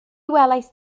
welaist